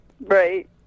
Right